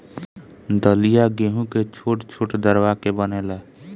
दलिया गेंहू के छोट छोट दरवा के बनेला